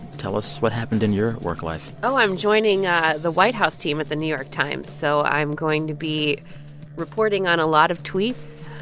tell us what happened in your work life oh, i'm joining ah the white house team at the new york times. so i'm going to be reporting on a lot of tweets,